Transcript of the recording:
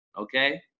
Okay